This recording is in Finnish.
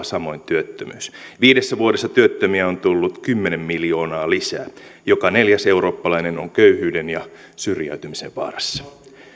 samoin työttömyys viidessä vuodessa työttömiä on tullut kymmenen miljoonaa lisää joka neljäs eurooppalainen on köyhyyden ja syrjäytymisen vaarassa